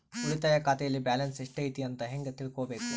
ಉಳಿತಾಯ ಖಾತೆಯಲ್ಲಿ ಬ್ಯಾಲೆನ್ಸ್ ಎಷ್ಟೈತಿ ಅಂತ ಹೆಂಗ ತಿಳ್ಕೊಬೇಕು?